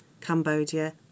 Cambodia